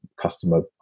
customer